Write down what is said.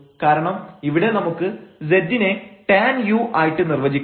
കാരണം ഇവിടെ നമുക്ക് z നെ tan u ആയിട്ട് നിർവചിക്കാം